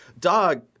dog